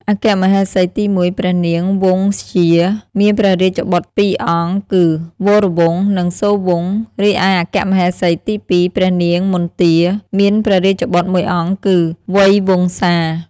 អគ្គមហេសីទី១ ព្រះនាងវង្សធ្យា មានព្រះរាជបុត្រពីរអង្គគឺ វរវង្ស និងសូរវង្ស រីឯអគ្គមហេសីទី២ ព្រះនាងមន្ទា មានព្រះរាជបុត្រមួយអង្គគឺ វៃវង្សា។។